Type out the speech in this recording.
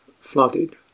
flooded